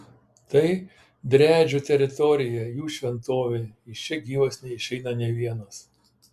tai driadžių teritorija jų šventovė iš čia gyvas neišeina nė vienas